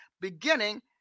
beginning